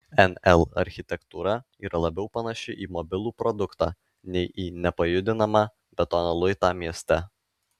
nl architektūra yra labiau panaši į mobilų produktą nei į nepajudinamą betono luitą mieste